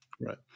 Right